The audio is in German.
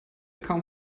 kaum